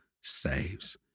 saves